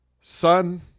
son